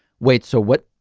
wait, so what?